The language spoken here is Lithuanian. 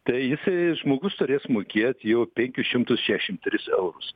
tai jisai žmogus turės mokėt jau penkis šimtus šešdešim tris eurus